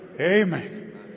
Amen